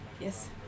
yes